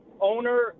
owner